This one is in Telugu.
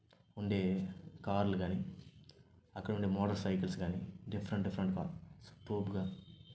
ఉండే కార్లు కాని అక్కడ ఉండే మోటార్ సైకిల్స్ కాని డిఫరెంట్ డిఫరెంట్గా తోపుగా